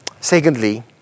Secondly